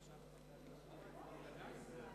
בעד, 61,